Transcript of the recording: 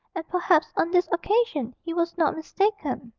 and perhaps on this occasion he was not mistaken.